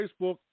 Facebook